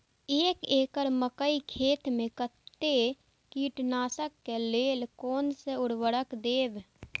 एक एकड़ मकई खेत में कते कीटनाशक के लेल कोन से उर्वरक देव?